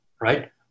right